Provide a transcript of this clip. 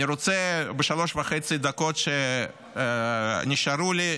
בשלוש דקות וחצי שנשארו לי,